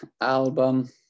album